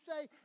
say